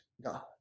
God